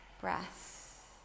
breath